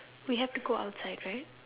we have to go outside right